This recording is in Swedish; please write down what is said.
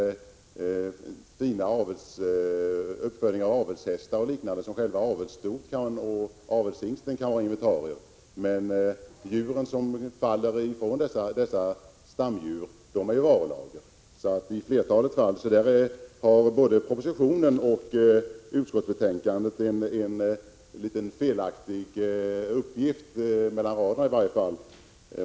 När det t.ex. är fråga om uppfödning av avelshästar och liknande kan själva avelsstoet och avelshingsten deklareras som inventarier, men djuren från dessa stamdjur räknas som varulager. På den här punkten lämnas både i propositionen och i utskottsbetänkandet en något felaktig uppgift — i varje fall mellan raderna.